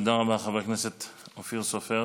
תודה רבה, חבר הכנסת אופיר סופר.